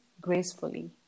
gracefully